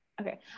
okay